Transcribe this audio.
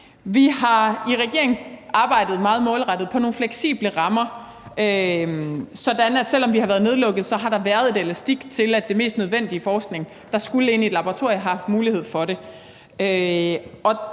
Vi har i regeringen arbejdet meget målrettet på nogle fleksible rammer, sådan at selv om vi har været nedlukket, har der været lidt elastik til, at den mest nødvendige forskning, der skulle ind i et laboratorium, har haft mulighed for det.